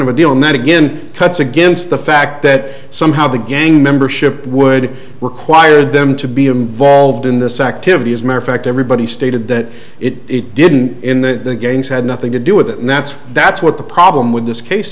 of a deal and that again cuts against the fact that somehow the gang membership would require them to be involved in this activity is mere fact everybody stated that it didn't in the games had nothing to do with it and that's that's what the problem with this case